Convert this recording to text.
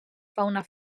fauna